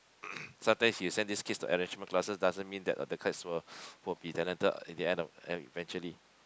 sometimes you send these kids to enrichment classes doesn't mean that the kites will will be talented in the end of eventually